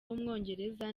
w’umwongereza